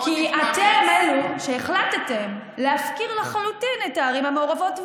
כי אתם אלה שהחלטתם להפקיר לחלוטין את הערים המעורבות,